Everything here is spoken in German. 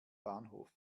bahnhof